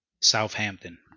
Southampton